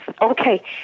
okay